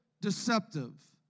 deceptive